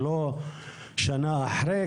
ולא בשנה אחרי,